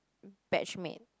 batch mate